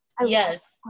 yes